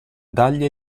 dagli